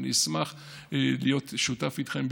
אני אשמח להיות שותף איתכם,